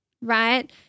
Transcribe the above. right